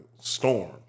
storm